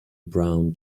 brown